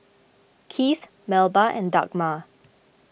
Keith Melba and Dagmar